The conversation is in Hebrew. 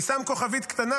אני שם כוכבית קטנה,